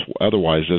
otherwise